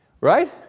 right